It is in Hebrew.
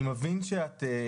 אני מבין שאת,